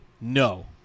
No